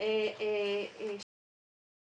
שמתואר